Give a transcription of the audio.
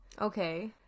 Okay